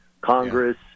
Congress